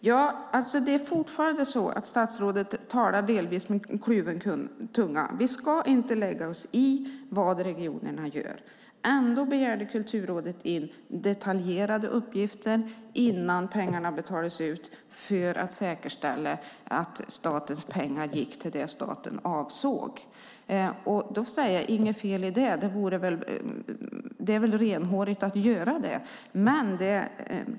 Fru talman! Statsrådet talar fortfarande delvis med kluven tunga. Vi ska inte lägga oss i vad regionerna gör. Ändå begärde Kulturrådet in detaljerade uppgifter innan pengarna betalades ut för att säkerställa att statens pengar gick till det som staten avsåg. Det är inget fel i det. Det är väl renhårigt att göra det.